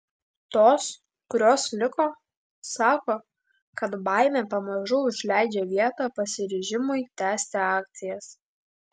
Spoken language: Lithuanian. tos kurios liko sako kad baimė pamažu užleidžia vietą pasiryžimui tęsti akcijas